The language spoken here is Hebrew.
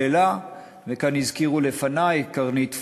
וכאן הזכירו לפני את קרנית פלוג,